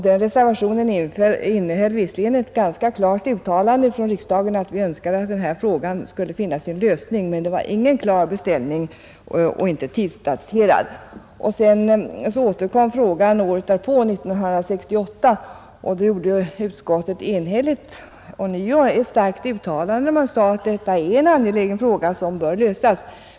Den reservationen innehöll visserligen ett ganska klart uttalande om att riksdagen önskade att frågan skulle finna sin lösning. Men det var ingen direkt beställning, och reservationen innehöll heller ingen tidsangivelse. Frågan återkom året därpå, alltså 1968, och då gjorde utskottet enhälligt ånyo ett starkt uttalande, vari det sades att detta är en angelägen fråga som bör lösas.